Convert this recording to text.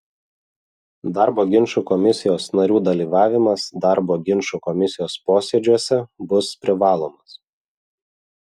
darbo ginčų komisijos narių dalyvavimas darbo ginčų komisijos posėdžiuose bus privalomas